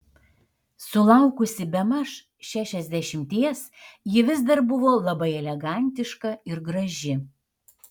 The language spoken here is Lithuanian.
sulaukusi bemaž šešiasdešimties ji vis dar buvo labai elegantiška ir graži